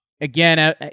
Again